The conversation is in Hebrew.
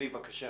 חשוב